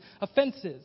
offenses